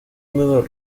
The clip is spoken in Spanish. húmedos